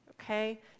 Okay